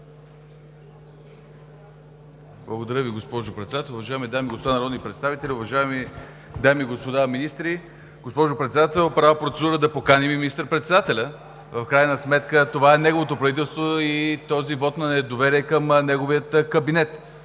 Благодаря Ви, госпожо Председател. Уважаеми дами и господа народни представители, уважаеми дами и господа министри, госпожо Председател! Правя процедура да поканим и министър-председателя. В крайна сметка това е неговото правителство и този вот на недоверие е към неговия кабинет.